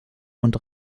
und